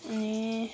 ए